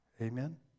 Amen